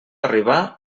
arribar